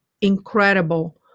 incredible